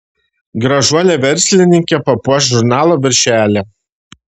gražuolė verslininkė papuoš žurnalo viršelį